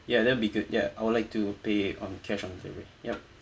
ya that'll be good ya I would like to pay on cash on delivery ya